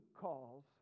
calls